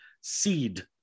Seed